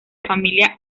familia